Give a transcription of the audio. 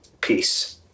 peace